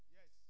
Yes